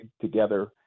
together